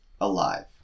alive